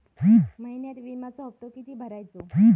महिन्यात विम्याचो हप्तो किती भरायचो?